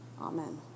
Amen